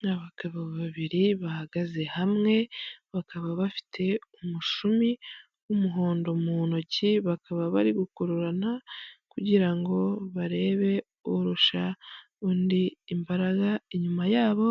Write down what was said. Ni abagabo babiri bahagaze hamwe bakaba bafite umushumi w'umuhondo mu ntoki, bakaba bari gukururana kugira ngo barebe urusha undi imbaraga, inyuma yabo